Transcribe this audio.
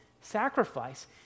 sacrifice